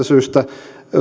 syystä